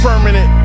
Permanent